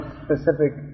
specific